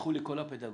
ויסלחו לי כל הפדגוגים